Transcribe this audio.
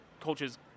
culture's